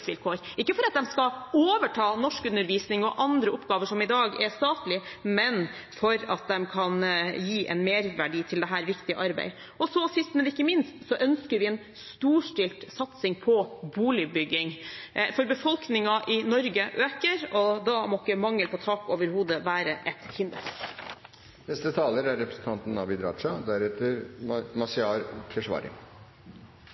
ikke for at de skal overta norskundervisningen og andre oppgaver som i dag er statlige, men for at de kan gi en merverdi til dette viktige arbeidet, og sist, men ikke minst, ønsker vi en storstilt satsing på boligbygging, for befolkningen i Norge øker, og da må ikke mangel på tak over hodet være et hinder. Den første jeg sier hei til på Stortinget, er